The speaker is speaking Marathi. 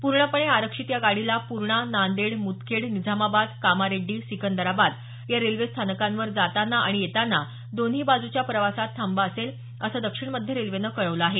पूर्णपणे आरक्षित या गाडीला पूर्णा नांदेड मुदखेड निझामाबाद कामारेड्डी सिकंदराबाद या रेल्वे स्थानकांवर जाताना आणि येताना दोन्ही बाजूच्या प्रवासात थांबा असेल असं दक्षिण मध्य रेल्वेनं कळवलं आहे